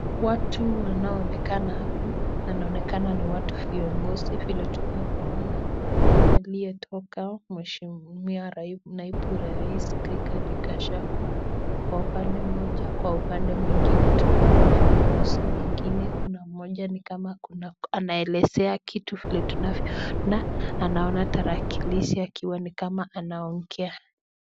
Watu wanaoonekana hapa. Wanaonekana ni watu viongozi vile tunavyoona. Aliyetoka mheshimiwa naibu raisi Righathi Gachagua kwa upande moja kwa upande mwingine tunaona viongozi wengine. Kuna mmoja nikama anaelezea kitu vile tunavyoona, anaona tarakilishi akiwa nikama anaongea.